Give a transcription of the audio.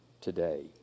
today